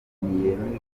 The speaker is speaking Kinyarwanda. umufatanyabikorwa